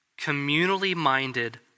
communally-minded